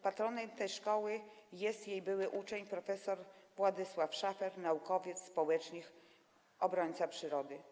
Patronem tej szkoły jest jej były uczeń prof. Władysław Szafer, naukowiec, społecznik, obrońca przyrody.